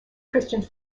christians